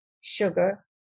sugar